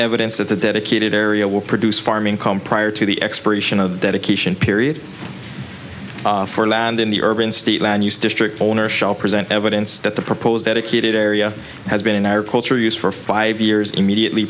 evidence that the dedicated area will produce farming prior to the expiration of dedication period for land in the urban state land use district owner shall present evidence that the proposed dedicated area has been in our culture use for five years immediately